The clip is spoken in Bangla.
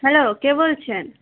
হ্যালো কে বলছেন